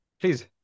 please